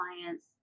clients